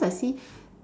because I see